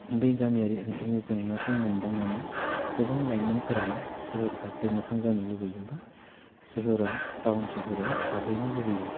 बै गामियारि ओनसोलनि जेंनाखौ मोनदांनानै गोबां लाइमोनफोरानो सोहोर फारसे मोखां जानो लुबैयो बा सोहोराव टाउन सहराव थाहैनो लुबैयो